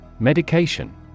Medication